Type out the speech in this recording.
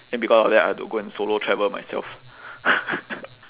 then because of that I have to go and solo travel myself